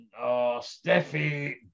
Steffi